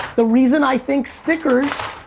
the reason i think stickers,